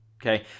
Okay